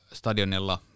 stadionilla